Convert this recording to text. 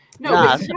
No